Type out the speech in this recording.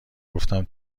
گفتم